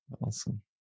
Awesome